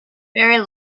very